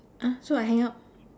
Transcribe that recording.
ah so I hang up